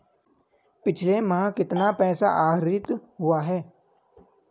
पिछले माह कितना पैसा आहरित हुआ है?